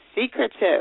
secretive